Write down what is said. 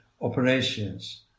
operations